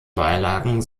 beilagen